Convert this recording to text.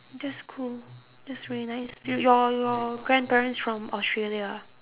just cool that's very nice y~ your grandparents from australia ah